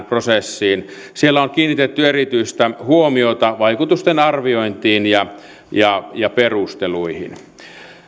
prosessiin siellä on kiinnitetty erityistä huomiota vaikutusten arviointiin ja ja perusteluihin